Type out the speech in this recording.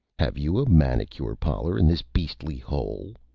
have you a manicure parlor in this beastly hole?